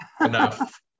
enough